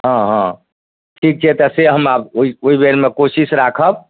हँ हँ ठीक छै तऽ से हम आब ओइ ओइ बेरमे कोशिश राखब